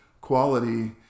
quality